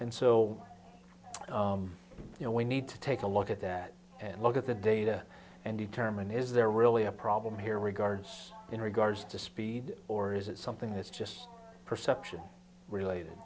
and so you know we need to take a look at that and look at the data and determine is there really a problem here regards in regards to speed or is it something that's just perception